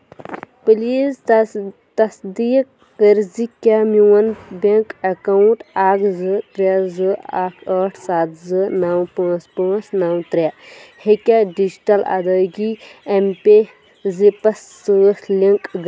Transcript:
please تصدیٖق کٔرۍ زِ کیٛاہ میون بینک اکاونٹ اکھ زٕ ترٛےٚ زٕ اکھ ٲٹھ سَتھ زٕ نو پانٛژھ پاںٛژھ نو ترٛےٚ ہٮ۪کیا ڈیجیٹل ادٲیگی ایم پے زیپس سۭتۍ لنک گٔژھِتھ